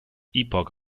epoch